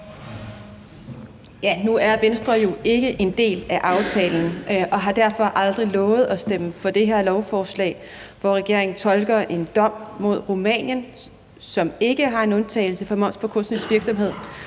(V): Nu er Venstre jo ikke en del af aftalen og har derfor aldrig lovet at stemme for det her lovforslag, hvor regeringen tolker en dom mod Rumænien, som ikke har en undtagelse for moms på kunstnerisk virksomhed,